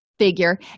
figure